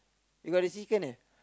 you gotta see